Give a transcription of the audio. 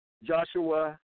Joshua